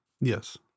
yes